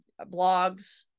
blogs